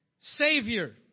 Savior